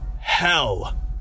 hell